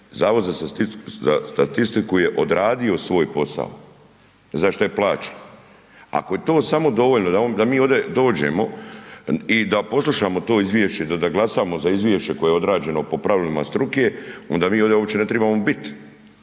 Zavod za statistiku je odradio svoj posao za šta je plaćen, ako je to samo dovoljno da mi ovde dođemo i da poslušamo to izvješće, da glasamo za izvješće koje je odrađeno po pravilima struke onda mi ovdje uopće ne trebamo biti.